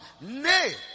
Nay